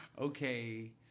Okay